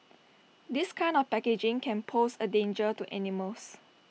this kind of packaging can pose A danger to animals